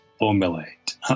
formulate